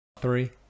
Three